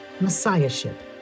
Messiahship